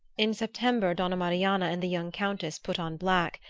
in september donna marianna and the young countess put on black,